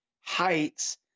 heights